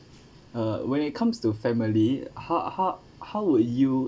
uh when it comes to family how how how would you